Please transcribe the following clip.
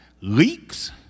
leaks